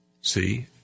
see